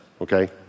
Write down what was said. okay